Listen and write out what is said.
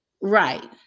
Right